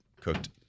cooked